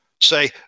say